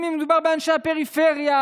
אם מדובר באנשים מהפריפריה,